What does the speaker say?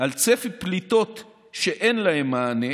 על צפי פליטות שאין להן מענה